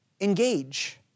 engage